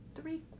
three